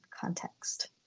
context